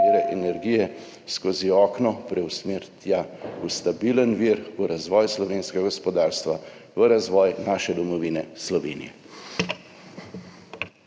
vire energije preusmeriti v stabilen vir, v razvoj slovenskega gospodarstva, v razvoj naše domovine Slovenije.